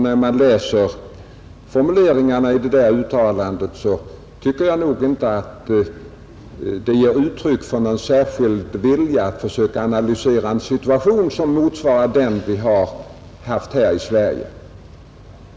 När jag läser formuleringarna i det där uttalandet tycker jag inte heller att det ger uttryck för någon särskild vilja att försöka analysera en situation som motsvarar den vi har haft här i Sverige.